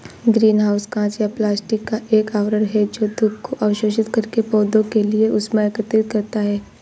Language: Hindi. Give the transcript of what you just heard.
ग्रीन हाउस कांच या प्लास्टिक का एक आवरण है जो धूप को अवशोषित करके पौधों के लिए ऊष्मा एकत्रित करता है